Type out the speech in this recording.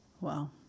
Wow